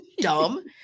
Dumb